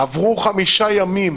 עברו חמישה ימים,